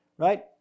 right